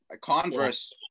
Converse